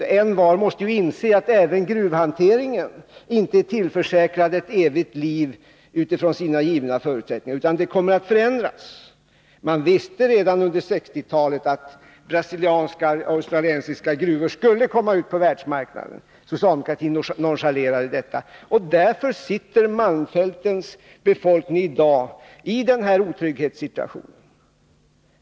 Och envar måste inse att inte heller gruvhanteringen är tillförsäkrad ett evigt liv utifrån sina givna förutsättningar, utan att det blir förändringar. Man visste redan på 1960-talet att brasilianska och australiska gruvor skulle komma ut på världsmarknaden. Socialdemokratin nonchalerade detta. Och därför sitter malmfältens befolkning i dag i den här otrygghetssituationen.